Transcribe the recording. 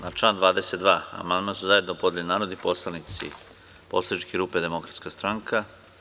Na član 22. amandman su zajedno podneli narodni poslanici Poslaničke grupe Demokratska stranka.